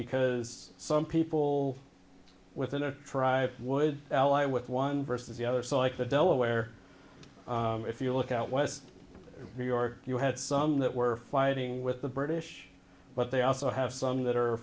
because some people within a tribe would ally with one versus the other so i could delaware if you look out west new york you had some that were fighting with the british but they also have some that are